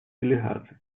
делегаций